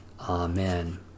Amen